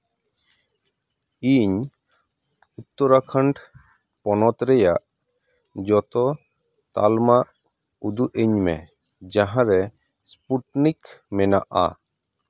ᱤᱧ ᱩᱛᱛᱚᱨᱟᱠᱷᱚᱸᱰ ᱯᱚᱱᱚᱛ ᱨᱮᱭᱟᱜ ᱡᱚᱛᱚ ᱛᱟᱞᱢᱟ ᱩᱫᱩᱜ ᱤᱧ ᱢᱮ ᱡᱟᱦᱟᱸ ᱨᱮ ᱥᱯᱩᱴᱱᱤᱠ ᱢᱮᱱᱟᱜᱼᱟ